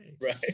right